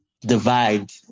divide